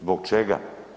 Zbog čega?